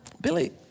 Billy